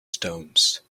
stones